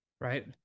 Right